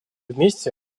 вместе